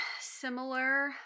similar